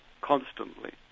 constantly